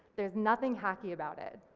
there's nothing hacky about it.